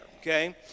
okay